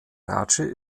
ratsche